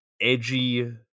edgy